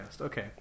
Okay